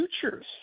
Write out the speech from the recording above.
futures